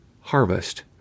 harvest